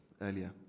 earlier